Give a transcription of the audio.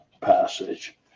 passage